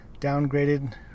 downgraded